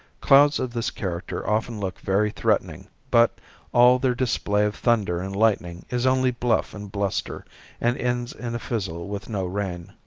clouds of this character often look very threatening, but all their display of thunder and lightning is only bluff and bluster and ends in a fizzle with no rain.